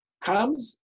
comes